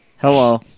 Hello